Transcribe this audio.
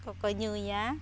ᱠᱚᱠᱚ ᱧᱩᱭᱟ